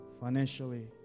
financially